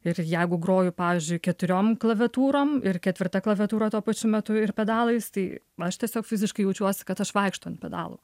ir jeigu groju pavyzdžiui keturiom klaviatūrom ir ketvirta klaviatūra tuo pačiu metu ir pedalais tai aš tiesiog fiziškai jaučiuosi kad aš vaikštau ant pedalų